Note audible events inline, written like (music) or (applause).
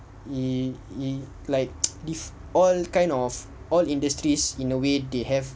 i~ i~ like (noise) this all kind of all industries in a way they have